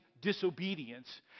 disobedience